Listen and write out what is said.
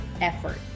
effort